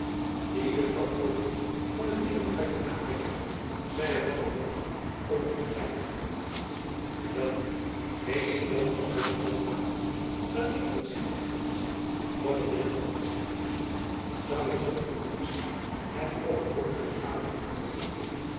die juffrouw orleans van midden uit den haag wegvoerde zeide van der horst ongetwijfeld wel nu mr jan wandelt alle avonden alleen van zijn knecht vergezeld van t binnenhof naar zijn huis zoû het zulk een moeite zijn hem op een donkeren avond op te lichten